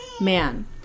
man